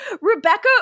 Rebecca